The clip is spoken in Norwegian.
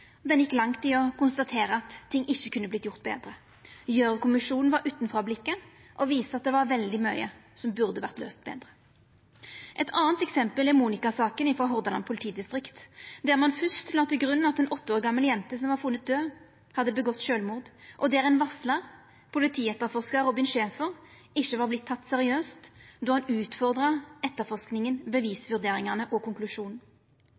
gjekk langt i å konstatera at ting ikkje kunne ha vorte gjort betre. Gjørv-kommisjonen hadde utanfrå-blikket og viste at det var veldig mykje som burde ha vore løyst betre. Eit anna eksempel er Monika-saka frå Hordaland politidistrikt, der ein først la til grunn at ei åtte år gammal jente som var funnen død, hadde gjort sjølvmord, og der ein varslar, politietterforskar Robin Schaefer, ikkje hadde vorte teken seriøst då han utfordra etterforskinga, bevisvurderingane og konklusjonen.